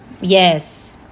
Yes